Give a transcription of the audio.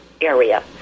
area